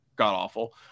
god-awful